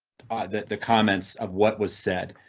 that the comments of what was said.